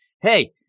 hey